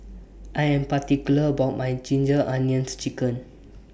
I Am particular about My Ginger Onions Chicken